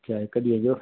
अच्छा हिकु ॾींहं जो